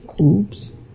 Oops